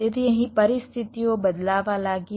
તેથી અહીં પરિસ્થિતિઓ બદલાવા લાગી